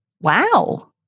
Wow